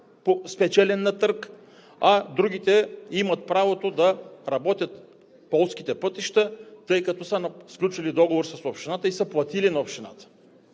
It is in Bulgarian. спечелен на търг, а другите имат правото да работят полските пътища, тъй като са сключили договор с общината и са платили на общината.